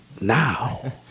now